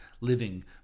living